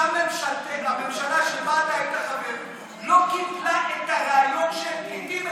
שהממשלה שבה אתה היית חבר לא קיבלה את הרעיון שהם פליטים,